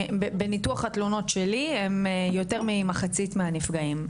בניתוח התלונות שלי הם יותר ממחצית מהנפגעים,